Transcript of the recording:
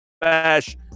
Bash